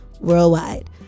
worldwide